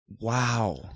Wow